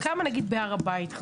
כמה חסרים בהר הבית נגיד?